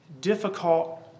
difficult